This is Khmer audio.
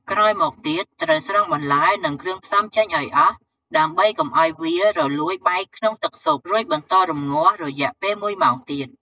ក្រោយមកទៀត ត្រូវស្រង់បន្លែ និងគ្រឿងផ្សំចេញឱ្យអស់ដើម្បីកុំឱ្យវារលួយបែកក្នុងទឹកស៊ុប រួចបន្តរម្ងាស់រយៈពេលមួយម៉ោងទៀត។